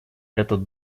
этот